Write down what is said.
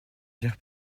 dire